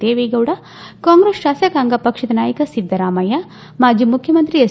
ದೇವೇಗೌಡ ಕಾಂಗ್ರೆಸ್ ಶಾಸಕಾಂಗ ಪಕ್ಷದ ನಾಯಕ ಸಿದ್ದರಾಮಯ್ಯ ಮಾಜಿ ಮುಖ್ಯಮಂತ್ರಿ ಎಚ್